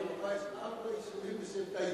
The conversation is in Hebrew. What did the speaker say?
במפה יש ארבעה יישובים בשם טייבה,